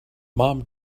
mom